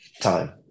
time